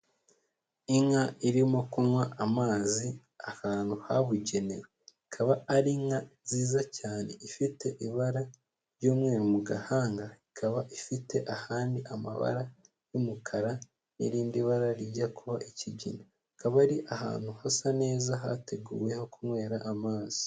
Inka irimo kunywa amazi ahantu habugenewe, ikaba ari inka nziza cyane ifite ibara ry'umweru mu gahanga ikaba ifite ahandi amabara y'umukara n'irindi bara rijya kuba ikigina, akaba ari ahantu hasa neza hateguwe ho kunywera amazi.